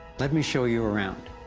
let me show you around!